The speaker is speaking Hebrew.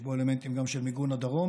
יש בו אלמנטים גם של מיגון הדרום,